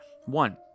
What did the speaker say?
One